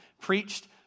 preached